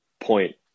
point